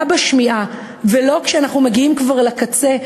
בשמיעה ולא כשאנחנו מגיעים כבר לקצה,